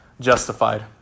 justified